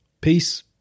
Peace